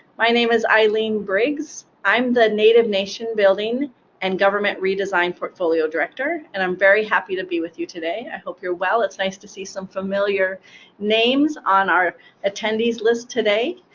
my name is eileen briggs. i'm the native nation building and government redesign portfolio director, and i'm very happy to be with you today. i hope you're well. it's nice to see some familiar names on our attendees list today.